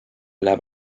läheb